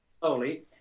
slowly